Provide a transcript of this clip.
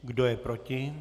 Kdo je proti?